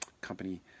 company